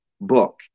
book